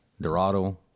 dorado